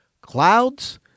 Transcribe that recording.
clouds